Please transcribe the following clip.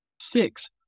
Six